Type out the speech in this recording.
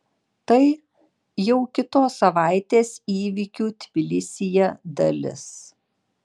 tai jau kitos savaitės įvykių tbilisyje dalis